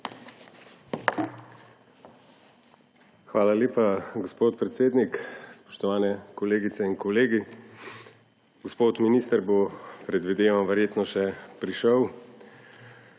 Hvala lepa, gospod predsednik. Spoštovane kolegice in kolegi! Gospod minister bo, predvidevam, verjetno še prišel.